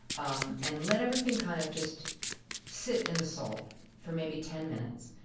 um and let everything kind of just sit in the salt for maybe ten minutes.